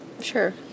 sure